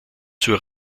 zur